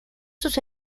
sus